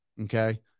Okay